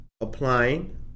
applying